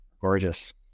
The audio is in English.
gorgeous